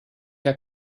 der